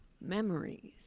memories